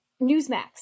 newsmax